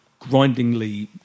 grindingly